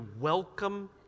welcome